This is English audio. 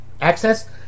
access